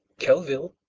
kelvil.